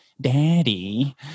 Daddy